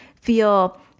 feel